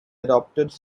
adopted